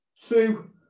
two